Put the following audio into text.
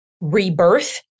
rebirth